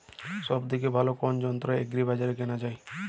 সব থেকে ভালো কোনো যন্ত্র এগ্রি বাজারে কেনা যায়?